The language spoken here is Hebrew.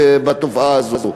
התופעה הזו.